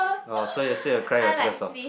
uh so yesterday you cry was because of